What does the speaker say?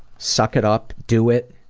suck it up, do it,